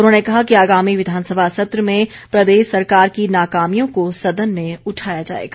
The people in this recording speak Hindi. उन्होंने कहा कि आगामी विधानसभा सत्र में प्रदेश सरकार की नाकामियों को सदन में उठाया जाएगा